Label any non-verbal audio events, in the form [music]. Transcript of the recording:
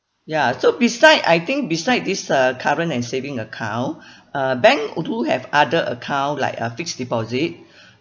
ya so beside I think beside this uh current and saving account [breath] uh bank oh do have other account like uh fixed deposit [breath]